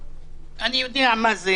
אני יודע מה זה